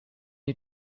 you